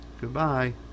goodbye